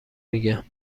میگن